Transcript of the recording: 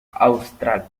austral